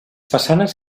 façanes